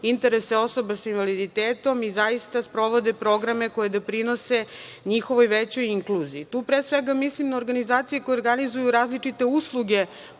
interese osoba sa invaliditetom i zaista sprovode programe koji doprinose njihovoj većoj inkluziji. Tu pre svega mislim na organizacije koje organizuju različite usluge